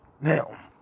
Now